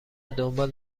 دنبال